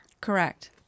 Correct